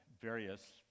various